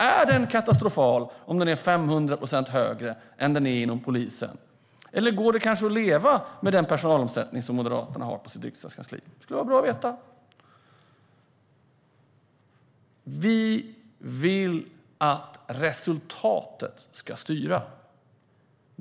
Är den katastrofal om den är 500 procent högre än inom polisen, eller går det kanske att leva med den personalomsättning som Moderaterna har på sitt riksdagskansli? Det skulle vara bra att veta. Vi vill att resultatet ska styra.